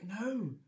no